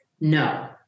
No